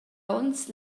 onns